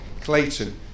Clayton